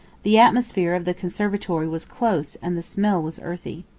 the atmosphere of the conservatory was close and the smell was earthy.